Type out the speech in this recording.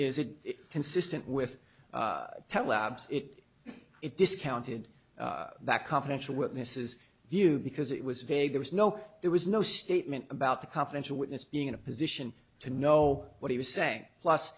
is it consistent with tellabs it it discounted that confidential witnesses view because it was vague there was no there was no statement about the confidential witness being in a position to know what he was saying plus